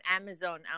Amazon